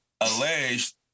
Alleged